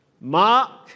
Mark